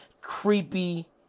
creepy